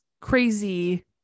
crazy